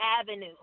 Avenue